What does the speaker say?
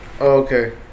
Okay